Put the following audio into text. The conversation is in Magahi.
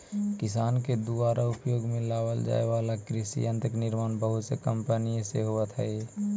किसान के दुयारा उपयोग में लावल जाए वाला कृषि यन्त्र के निर्माण बहुत से कम्पनिय से होइत हई